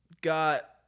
got